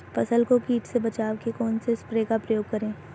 फसल को कीट से बचाव के कौनसे स्प्रे का प्रयोग करें?